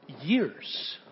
years